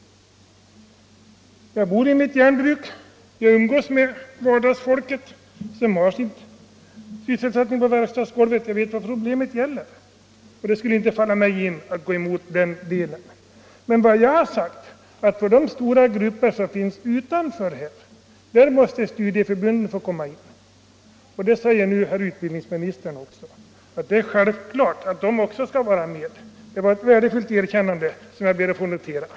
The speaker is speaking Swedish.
Jag bor vid ett järnbruk och umgås med vardagens folk, som har sin sysselsättning på verkstadsgolvet. Jag vet vad problemet gäller. Det skulle inte falla mig in att gå emot den delen. Vad jag har sagt är att studieförbunden måste få komma in beträffande de stora grupper som finns utanför arbetsplatserna. Nu säger utbildningsministern också att det är självklart att även studieförbunden skall vara med. Det var ett värdefullt erkännande, som jag ber att få notera.